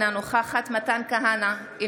אינה נוכחת מתן כהנא,